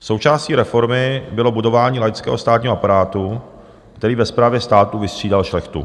Součástí reformy bylo budování laického státního aparátu, který ve správě státu vystřídal šlechtu.